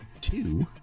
two